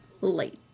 late